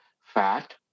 fat